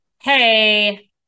hey